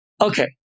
okay